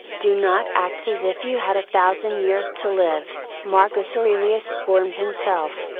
do not act as if you had a thousand years to live, marcus aurelius warned himself,